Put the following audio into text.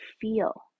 feel